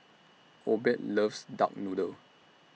Obed loves Duck Noodle